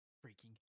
freaking